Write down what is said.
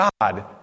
God